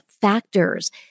factors